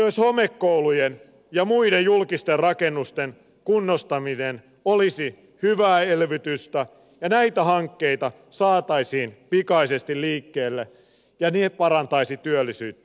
myös homekoulujen ja muiden julkisten rakennusten kunnostaminen olisi hyvää elvytystä ja näitä hankkeita tulisi saada pikaisesti liikkeelle ne parantaisivat työllisyyttä